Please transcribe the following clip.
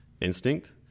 instinct